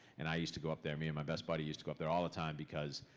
and i used to go up there, me and my best buddy used to go up there all the time because,